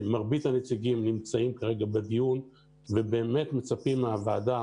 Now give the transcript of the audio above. מרבית הנציגים נמצאים כרגע בדיון והם באמת מצפים מהוועדה